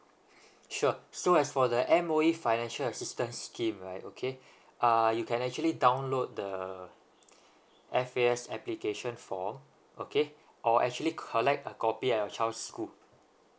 sure so as for the M_O_E financial assistance scheme right okay uh you can actually download the F_A_S application form okay or actually collect a copy at your child's school